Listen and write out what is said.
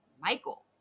michael